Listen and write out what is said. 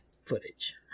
footage